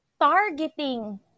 targeting